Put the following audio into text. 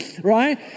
right